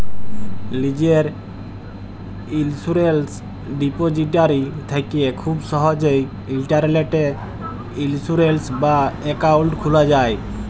লীজের ইলসুরেলস ডিপজিটারি থ্যাকে খুব সহজেই ইলটারলেটে ইলসুরেলস বা একাউল্ট খুলা যায়